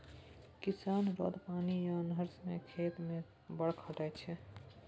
किसान रौद, पानि आ अन्हर मे खेत मे बड़ खटय छै